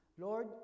Lord